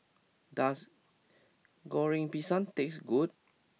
does Goreng Pisang taste good